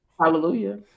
Hallelujah